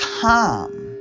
Tom